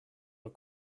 are